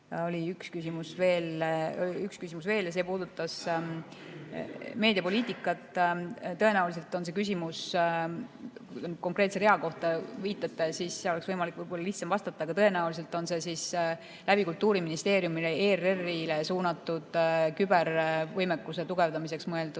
Oli üks küsimus veel ja see puudutas meediapoliitikat. Tõenäoliselt on see küsimus konkreetse rea kohta ja kui te viitaksite, siis oleks võib-olla lihtsam vastata. Aga tõenäoliselt on see Kultuuriministeeriumi kaudu ERR-ile suunatud kübervõimekuse tugevdamiseks mõeldud